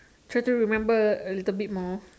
try to remember a little bit more